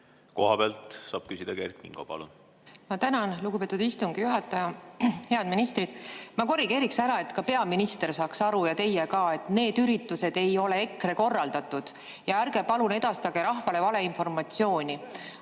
Kohapealt saab küsida Kert Kingo. Palun! Ma tänan, lugupeetud istungi juhataja! Head ministrid! Ma korrigeeriks ära, et peaminister saaks aru ja teie ka, et need üritused ei ole EKRE korraldatud. Ärge palun edastage rahvale valeinformatsiooni.